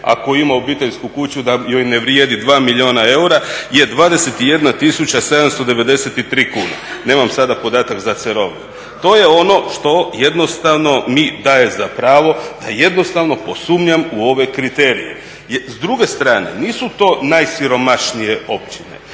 ako ima obiteljsku kuću da joj ne vrijedi 2 milijuna eura je 21.793 kune. Nemam sada podatak za Cerovlje, to je ono jednostavno što mi daje za pravo da posumnjam u ove kriterije. S druge strane nisu to najsiromašnije općine